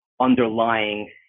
underlying